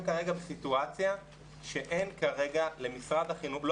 כרגע בסיטואציה שאין למשרד החינוך לא